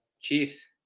Chiefs